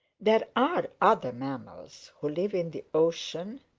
there are other mammals who live in the ocean,